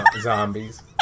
zombies